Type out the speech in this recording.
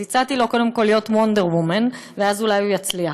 אז הצעתי לו קודם כול להיות וונדר וומן ואז אולי הוא יצליח.